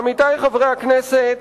עמיתי חברי הכנסת,